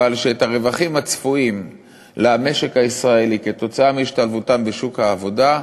שאת הרווחים הצפויים למשק הישראלי כתוצאה מהשתלבותם בשוק העבודה,